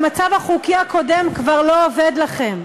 היא דווקא שהמצב החוקי הקודם כבר לא עובד לכם.